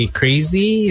crazy